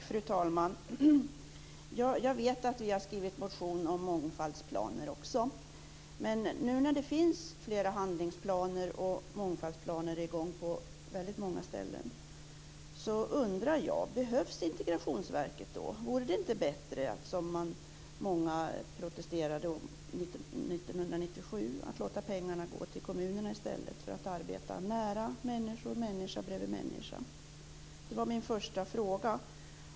Fru talman! Jag vet att vi också har väckt en motion om mångfaldsplaner, men nu när det finns flera handlingsplaner och mångfaldsplaner i gång på väldigt många ställen undrar jag om Integrationsverket behövs. Vore det inte bättre att, som många invände 1997, i stället låta pengarna gå till kommunerna för ett arbete som bedrivs i nära samverkan mellan människor? Det var min första fråga.